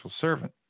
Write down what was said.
servant